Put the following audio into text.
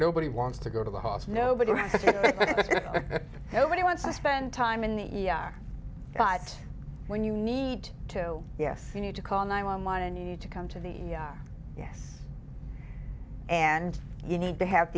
nobody wants to go to the halls nobody arrested nobody wants to spend time in the e r but when you need to yes you need to call nine one one and you need to come to the e r yes and you need to have